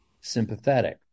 sympathetic